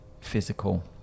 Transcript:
physical